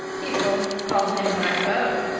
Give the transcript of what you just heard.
people called him my beau.